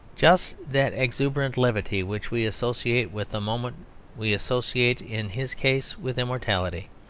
just that exuberant levity which we associate with a moment we associate in his case with immortality.